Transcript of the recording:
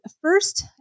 first